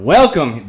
Welcome